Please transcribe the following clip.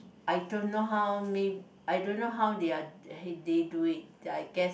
I don't know how may I don't know they are they do it I guess